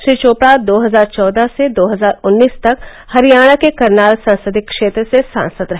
श्री चोपड़ा दो हजार चौदह से दो हजार उन्नीस तक हरियाणा के करनाल संसदीय क्षेत्र से सांसद रहे